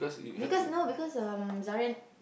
because no because um Zahrin